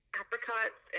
apricots